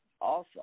awesome